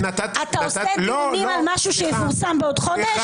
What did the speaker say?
אתה עושה דיונים על משהו שיפורסם בעוד חודש?